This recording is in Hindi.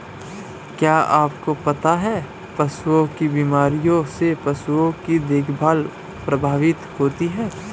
क्या आपको पता है पशुओं की बीमारियों से पशुओं की देखभाल प्रभावित होती है?